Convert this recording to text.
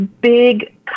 big